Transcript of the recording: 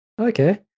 okay